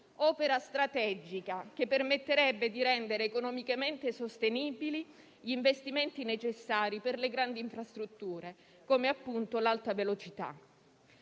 un'opera strategica che permetterebbe di rendere economicamente sostenibili gli investimenti necessari per le grandi infrastrutture, come appunto l'Alta velocità.